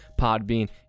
Podbean